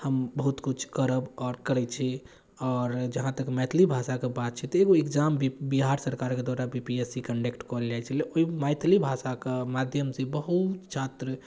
हम बहुत किछु करब आओर करै छी आओर जहाँ तक मैथिली भाषाके बात छै तऽ एगो एग्जाम भी बिहार सरकारके द्वारा B P S C conduct कयल जाइ छलै ओहिमे मैथिली भाषाके माध्यमसँ बहुत छात्र